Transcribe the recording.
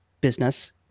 business